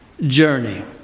journey